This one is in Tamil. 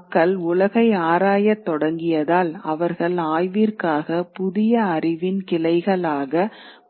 மக்கள் உலகை ஆராயத் தொடங்கியதால் அவர்கள் ஆய்விற்காக புதிய அறிவின் கிளைகளாக